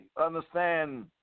understand